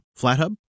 Flathub